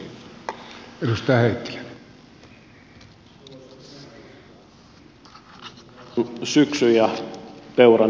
nyt on syksy ja peuran ja hirvenmetsästysaika